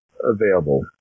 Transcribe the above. available